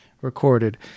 recorded